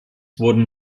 wurden